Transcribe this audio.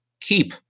keep